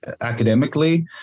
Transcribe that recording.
academically